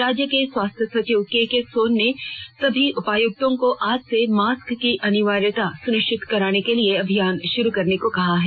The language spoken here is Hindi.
राज्य के स्वास्थ्य सचिव केके सोन ने सभी उपायुक्तों को आज से मास्क की अनिवार्यता सुनिश्चित करने के लिए अभियान शुरू करने को कहा है